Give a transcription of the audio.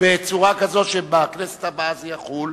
בצורה כזאת שבכנסת הבאה זה יחול,